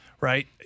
Right